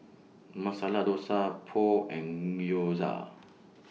Masala Dosa Pho and Gyoza